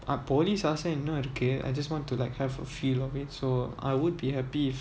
ah police ஆசை இன்னும் இருக்கு:aasai innum iruku I just want to like have a feel of it so I would be happy if